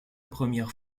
première